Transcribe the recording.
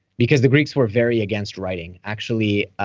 because the greeks were very against writing actually,